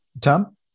Tom